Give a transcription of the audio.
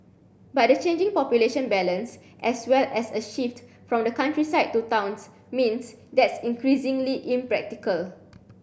but the changing population balance as well as a shift from the countryside to towns means that's increasingly impractical